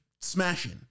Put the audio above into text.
smashing